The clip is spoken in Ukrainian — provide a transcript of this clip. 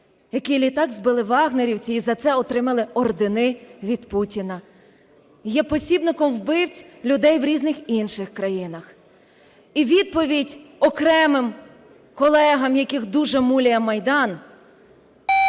який літак збили "вагнерівці" і за це отримали ордени від Путіна. Є посібником вбивць людей в різних інших країнах. І відповідь окремим колегам, яких дуже муляє Майдан.